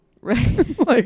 right